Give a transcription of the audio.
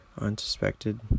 unsuspected